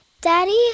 Daddy